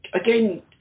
again